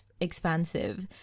expansive